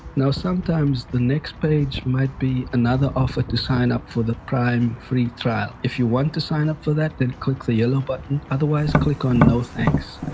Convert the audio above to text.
now sometimes the next page might be another offer to sign up for the prime free trial if you want to sign up for that then click the yellow button otherwise click on no thanks.